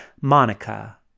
Monica